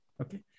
Okay